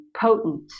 potent